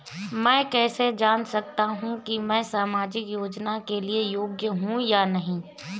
मैं कैसे जान सकता हूँ कि मैं सामाजिक योजना के लिए योग्य हूँ या नहीं?